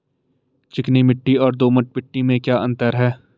चिकनी मिट्टी और दोमट मिट्टी में क्या अंतर है?